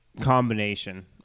combination